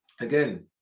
Again